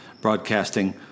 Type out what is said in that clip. broadcasting